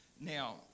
Now